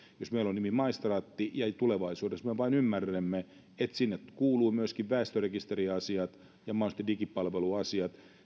jos meillä on nimi maistraatti niin tulevaisuudessa me vain ymmärrämme että sinne kuuluvat myöskin väestörekisteriasiat ja mahdollisesti digipalveluasiat